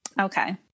Okay